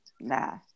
Nah